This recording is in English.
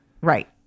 Right